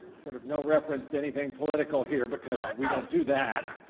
sort of no reference to anything political here because we don't do that.